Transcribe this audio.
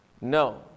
No